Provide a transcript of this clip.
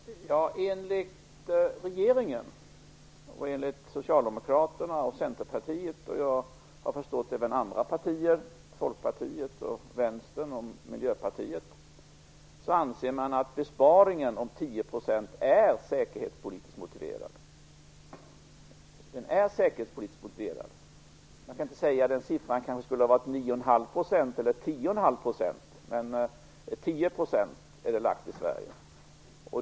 Herr talman! Enligt regeringen och enligt Socialdemokraterna och Centerpartiet - och såvitt jag förstår även enligt Folkpartiet, Vänstern och Miljöpartiet - anses besparingen om 10 % vara säkerhetspolitiskt motiverad. Man kan inte säga att det kanske skulle vara 9,5 % eller 10,5 %. 10 % är alltså fastlagt för Sverige.